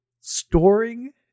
storing